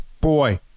boy